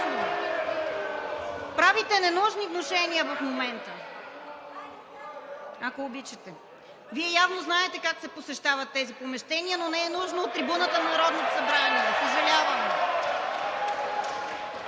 Правите ненужни внушения в момента. Ако обичате, Вие явно знаете как се посещават тези помещения, но не е нужно от трибуната на Народното събрание, съжалявам.